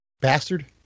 Bastard